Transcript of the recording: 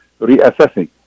reassessing